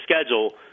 schedule